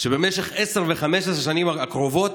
זה שבמשך עשר ו-15 השנים הקרובות